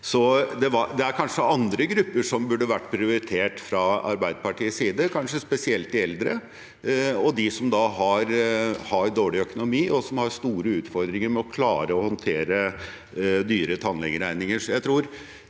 Det er kanskje andre grupper som burde vært prioritert fra Arbeiderpartiets side, kanskje spesielt de eldre og de som har dårlig økonomi og store utfordringer med å klare å håndtere dyre tannlegeregninger.